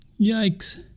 Yikes